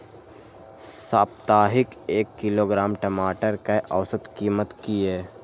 साप्ताहिक एक किलोग्राम टमाटर कै औसत कीमत किए?